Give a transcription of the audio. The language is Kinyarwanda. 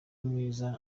mwiza